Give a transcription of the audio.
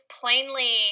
plainly